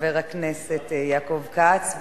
חבר הכנסת יעקב כץ.